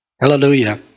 Hallelujah